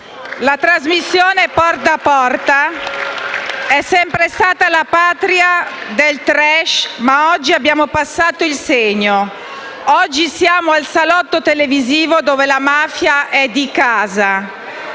La trasmissione «Porta a Porta» è sempre stata la patria del *trash*, ma oggi abbiamo passato il segno: oggi siamo al salotto televisivo dove la mafia è di casa.